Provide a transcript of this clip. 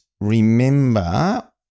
remember